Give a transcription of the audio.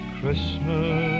Christmas